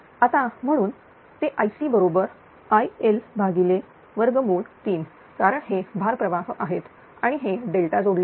आता म्हणून ते IC बरोबर IL3 कारण हे भार प्रवाह आहेत आणि हे डेल्टा जोडलेले आहे